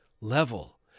level